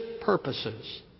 purposes